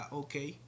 okay